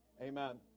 Amen